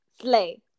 slay